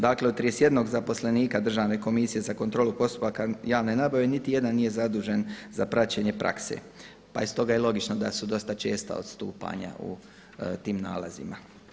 Dakle, u 31 zaposlenika Državne komisije za kontrolu postupaka javne nabave niti jedan nije zadužen za praćenje prakse, pa je stoga i logično da su dosta česta odstupanja u tim nalazima.